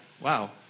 Wow